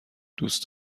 دوست